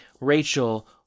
Rachel